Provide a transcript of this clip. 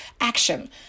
action